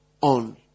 on